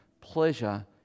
Pleasure